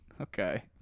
Okay